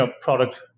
product